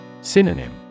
Synonym